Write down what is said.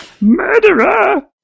Murderer